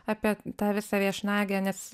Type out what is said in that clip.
apie tą visą viešnagę nes